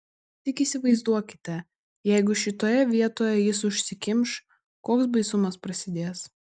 tik įsivaizduokite jeigu šitoje vietoje jis užsikimš koks baisumas prasidės